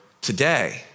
today